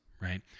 right